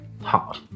hard